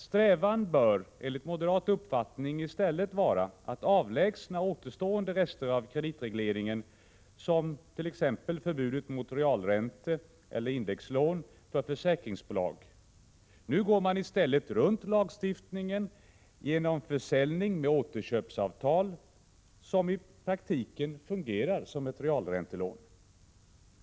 Strävan bör enligt moderat uppfattning i stället vara att avlägsna återstående rester av kreditregleringen, t.ex. förbudet mot realränteeller indexlån för försäkringsbolag. Nu går man i stället runt lagstiftningen genom försäljning med återköpsavtal som i praktiken fungerar som ett realräntelån.